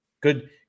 good –